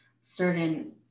certain